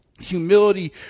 Humility